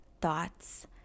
thoughts